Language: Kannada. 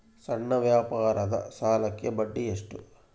ಸಣ್ಣ ವ್ಯಾಪಾರದ ಸಾಲಕ್ಕೆ ಬಡ್ಡಿ ಎಷ್ಟು?